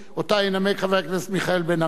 שאותה ינמק חבר הכנסת מיכאל בן-ארי,